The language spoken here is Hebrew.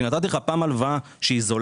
כי נתתי לך פעם הלוואה זולה,